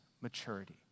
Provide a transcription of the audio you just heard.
maturity